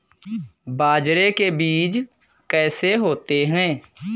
बाजरे के बीज कैसे होते हैं?